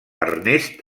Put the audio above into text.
ernest